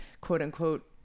quote-unquote